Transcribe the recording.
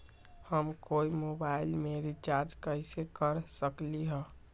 हम कोई मोबाईल में रिचार्ज कईसे कर सकली ह?